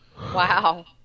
Wow